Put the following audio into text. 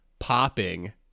Popping